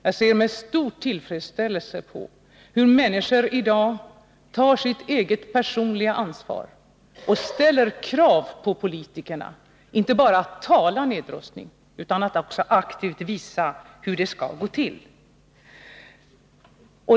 Jag ser med stor tillfredsställelse på hur människor tar sitt eget personliga ansvar och ställer krav på politikerna, inte bara talar om nedrustning utan även aktivt visar hur den skall gå till.